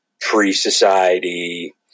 pre-society